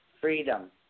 Freedom